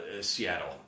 Seattle